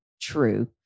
true